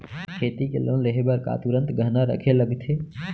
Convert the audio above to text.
खेती के लोन लेहे बर का तुरंत गहना रखे लगथे?